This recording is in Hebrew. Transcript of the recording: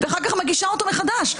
ואחר כך מגישה אותו מחדש.